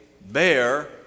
bear